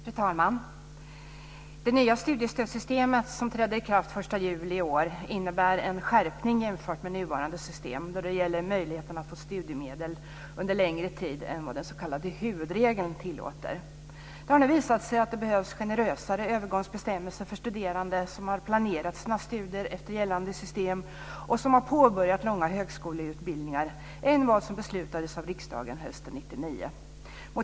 Fru talman! Det nya studiestödssystemet, som träder i kraft den 1 juli i år, innebär en skärpning jämfört med nuvarande system då det gäller möjligheten att få studiemedel under längre tid än vad den s.k. huvudregeln tillåter. Det har nu visat sig att det behövs generösare övergångsbestämmelser för studerande som har planerat sina studier efter gällande system och som har påbörjat långa högskoleutbildningar än vad som beslutades av riksdagen hösten 1999.